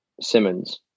Simmons